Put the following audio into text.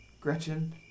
Gretchen